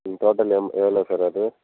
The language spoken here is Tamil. இது டோட்டல் எம் எவ்வளோ சார் வருது